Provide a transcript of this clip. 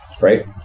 right